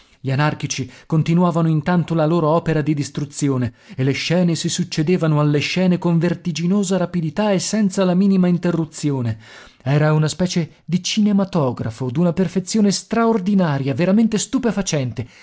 gli anarchici continuavano intanto la loro opera di distruzione e le scene si succedevano alle scene con vertiginosa rapidità e senza la minima interruzione era una specie di cinematografo d'una perfezione straordinaria veramente stupefacente